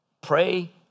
pray